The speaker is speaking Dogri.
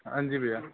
हां जी भैया